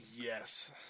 Yes